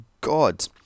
god